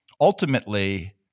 ultimately